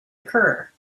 occur